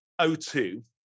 O2